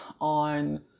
on